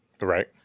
Right